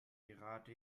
gerade